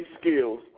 skills